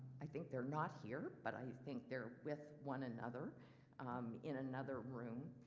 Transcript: i think they're not here but i think they're with one another in another room.